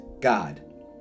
God